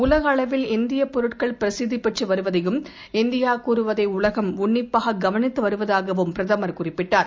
உலக அளவில் இந்திய பொருட்கள் பிரசித்திபெற்று வருவதையும் இந்தியா கூறுவதை உலகம் உன்னிப்பாக கவனித்து வருவதாகவும் பிரதமர் குறிப்பிட்டார்